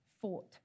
fought